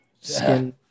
Skin